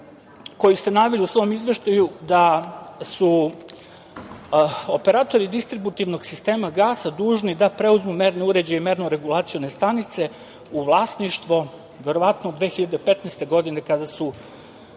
koju ste naveli u svom izveštaju, da su operatori distributivnog sistema gasa dužni da preuzmu merne uređaje i merno regulacione stanice u vlasništvo, verovatno od 2015. godine kada su